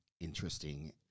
interesting